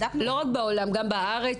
לא רק בעולם, גם בארץ.